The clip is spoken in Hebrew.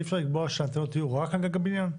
אי אפשר לקבוע שהאנטנות יהיו רק על גג הבנין?